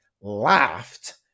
laughed